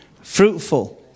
fruitful